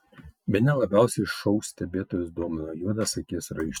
bene labiausiai šou stebėtojus domino juodas akies raištis